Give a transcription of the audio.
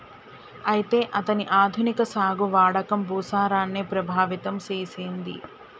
అయితే అతని ఆధునిక సాగు వాడకం భూసారాన్ని ప్రభావితం సేసెసింది